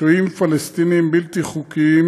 שוהים פלסטינים בלתי חוקיים.